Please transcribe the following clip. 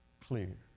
clear